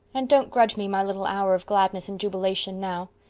and don't grudge me my little hour of gladness and jubilation now.